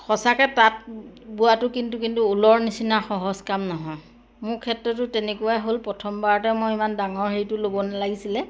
সঁচাকে তাঁত বোৱাটো কিন্তু কিন্তু ঊলৰ নিচিনা সহজ কাম নহয় মোৰ ক্ষেত্ৰতো তেনেকুৱাই হ'ল প্ৰথমবাৰতে মই ইমান ডাঙৰ হেৰিটো ল'ব নালাগিছিলে